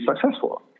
successful